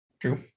True